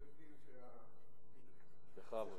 בכבוד.